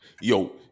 yo